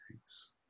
thanks